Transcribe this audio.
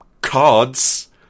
cards